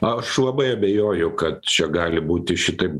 aš labai abejoju kad čia gali būti šitai